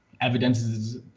evidences